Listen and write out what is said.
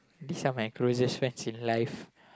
this are my closest friends in life